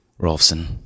Rolfson